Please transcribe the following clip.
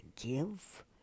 give